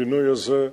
בפינוי הזה.